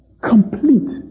complete